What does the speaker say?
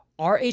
Rh